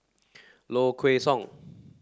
Low Kway Song